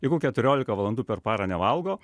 jeigu keturiolika valandų per parą nevalgo